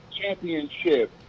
championship